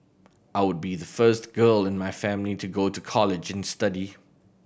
I would be the first girl in my family to go to college and study